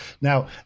Now